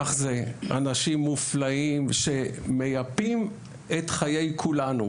כך זה אנשים מופלאים שמייפים את חיי כולנו,